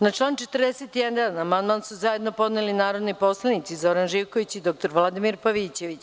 Na član 41. amandman su zajedno podneli narodni poslanici Zoran Živković i dr Vladimir Pavićević.